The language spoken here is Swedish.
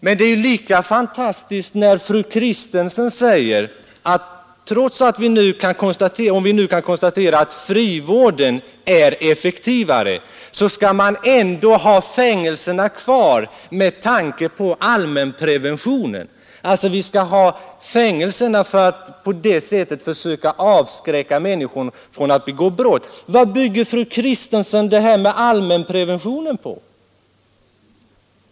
Men det är lika fantastiskt när fru Kristensson framhåller att vi, även om vi nu kan konstatera att frivården är bättre, ändå skall ha fängelserna kvar med tanke på allmänpreventionen. Vi skall på det sättet försöka avskräcka människor från att begå brott. Vad bygger fru Kristensson detta med allmänprevention på?